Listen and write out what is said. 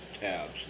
tabs